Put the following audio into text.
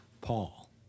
Paul